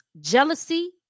jealousy